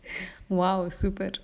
!wow! superb